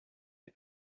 des